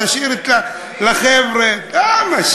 תשאיר לחבר'ה, למה?